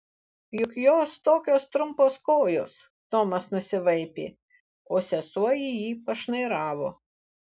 juk jos tokios trumpos kojos tomas nusivaipė o sesuo į jį pašnairavo